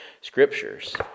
scriptures